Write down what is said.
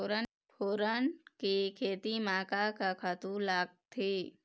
फोरन के खेती म का का खातू लागथे?